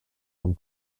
from